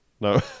No